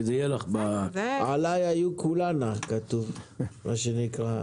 עליי היו כלנה, מה שנקרא.